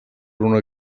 una